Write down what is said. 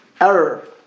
error